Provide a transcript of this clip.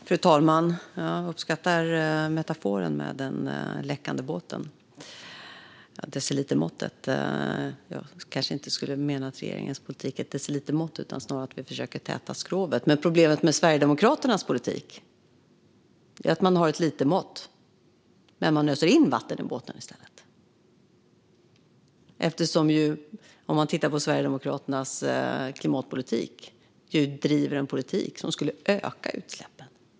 Fru talman! Jag uppskattar metaforen med den läckande båten och decilitermåttet. Jag menar kanske inte att regeringens politik är ett decilitermått utan snarare att vi försöker att täta skrovet. Problemet med Sverigedemokraternas politik är att man visserligen har ett litermått, men man öser in vatten i båten i stället. Sverigedemokraterna driver ju en politik som skulle öka utsläppen.